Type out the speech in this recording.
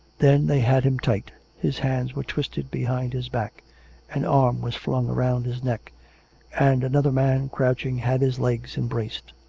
then they had him tight his hands were twisted behind his back an arm was flung round his neck and another man, crouching, had his legs embraced.